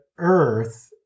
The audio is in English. earth